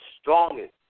strongest